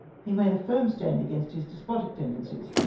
he made a firm stand against his despotic ten dencies,